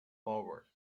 forward